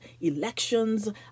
elections